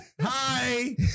Hi